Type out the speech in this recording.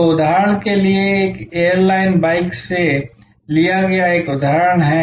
तो उदाहरण के लिए यह एयरलाइन वाहक से लिया गया एक उदाहरण है